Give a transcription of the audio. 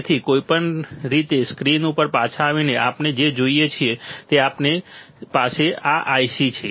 તેથી કોઈપણ રીતે સ્ક્રીન ઉપર પાછા આવીને આપણે જે જોઈએ છીએ તે છે કે આપણી પાસે આ IC છે